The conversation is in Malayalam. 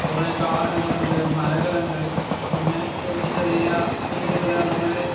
കുറേ കാടുകളുണ്ട് മലകളുണ്ട് പിന്നെ ചെറിയ ചെറിയ വീടുകൾ അതുപോലെ